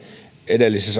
edellisen